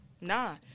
Nah